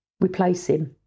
replacing